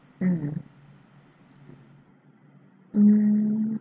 mm mm